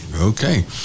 okay